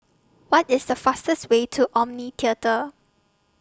What IS The fastest Way to Omni Theatre